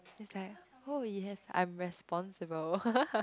it's like oh yes I'm responsible